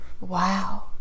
wow